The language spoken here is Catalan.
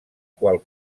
qual